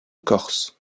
corse